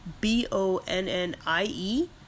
B-O-N-N-I-E